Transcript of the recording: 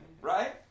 Right